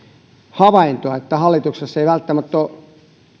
havaintoa että hallituksessa ei välttämättä ole